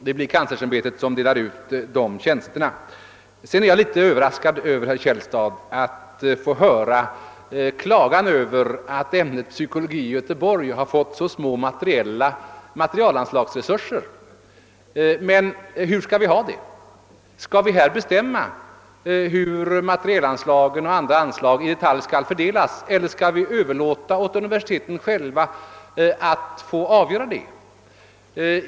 Det blir kanslersämbetet som skall fördela tjänsterna. Jag är litet överraskad över att höra herr Källstad klaga över att ämnet psykologi i Göteborg har fått så små materielanslag. Men hur skall vi ha det? Skall vi här bestämma i detalj hur materielanslagen och andra anslag skall fördelas, eller skall vi överlåta åt universiteten själva att avgöra det?